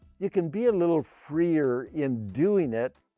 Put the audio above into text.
you can be a little freer in doing it,